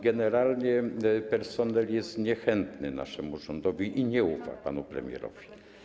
Generalnie personel jest niechętny naszemu rządowi i nie ufa panu premierowi.